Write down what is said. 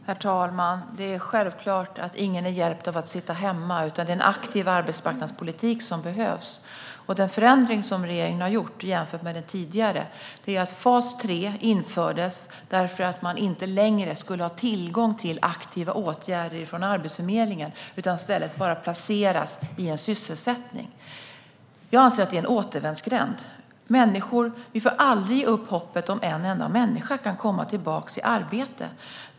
Herr talman! Självklart är ingen hjälpt av att sitta hemma. Det är en aktiv arbetsmarknadspolitik som behövs. Regeringen har, jämfört med den tidigare regeringen, gjort en förändring. Fas 3 infördes därför att de som placerades där inte längre skulle ha tillgång till aktiva åtgärder från Arbetsförmedlingen utan bara få en sysselsättning. Jag anser att det är en återvändsgränd. Vi får aldrig ge upp hoppet om en enda människa som kan komma tillbaka till arbete.